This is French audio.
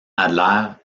adler